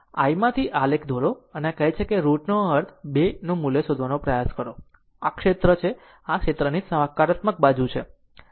જો i માંથી આલેખ દોરો તે આને કહે છે કે જ્યારે રુટનો અર્થ 2 મૂલ્ય શોધવાનો પ્રયાસ કરો તો આ ક્ષેત્ર આ સકારાત્મક બાજુ છે